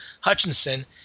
Hutchinson